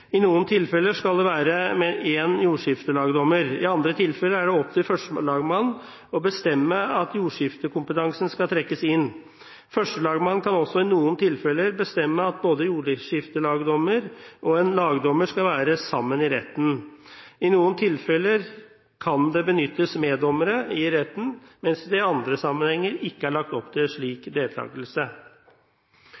I noen tilfeller skal det være med en jordskiftelagdommer. I andre tilfeller er det opp til førstelagmannen å bestemme at jordskiftekompetansen skal trekkes inn. Førstelagmannen kan også i noen tilfeller bestemme at både jordskiftelagdommer og en lagdommer skal være sammen i retten. I noen tilfeller kan det benyttes meddommere i retten, mens det i andre sammenhenger ikke er lagt opp til slik